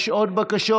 יש עוד בקשות?